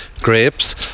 grapes